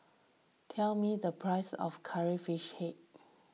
tell me the price of Curry Fish Head